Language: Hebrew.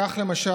כך למשל,